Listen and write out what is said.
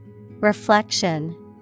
Reflection